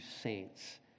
saints